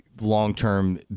long-term